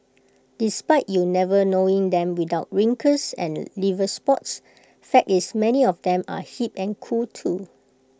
despite you never knowing them without wrinkles and liver spots fact is many of them are hip and cool too